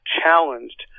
challenged